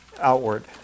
outward